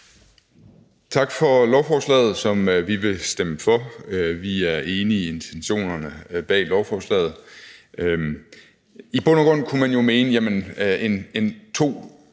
Tak for lovforslaget, som vi vil stemme for. Vi er enige i intentionerne bag lovforslaget. I bund og grund kunne man jo mene, at to